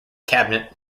cabinet